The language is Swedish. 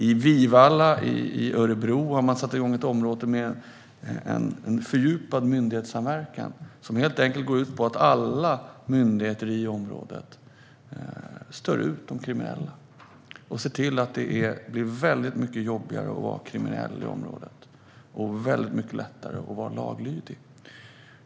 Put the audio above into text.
I Vivalla i Örebro har man satt igång en fördjupad myndighetssamverkan som helt enkelt går ut på att alla myndigheter i området stör ut de kriminella och ser till att det blir väldigt mycket jobbigare att vara kriminell och väldigt mycket lättare att vara laglydig.